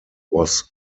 was